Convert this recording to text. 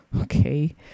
okay